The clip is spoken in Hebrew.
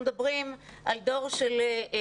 אנחנו מדברים על דור צעירים,